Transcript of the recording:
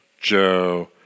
Joe